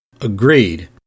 Agreed